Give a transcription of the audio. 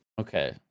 okay